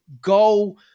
go